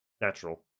natural